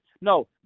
no